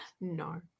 No